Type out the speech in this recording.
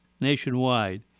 nationwide